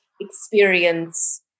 experience